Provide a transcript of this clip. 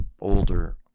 older